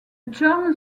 german